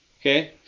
Okay